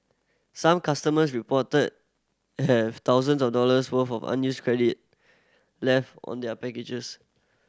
some customers reported have thousands of dollars worth of unused credit left on their packages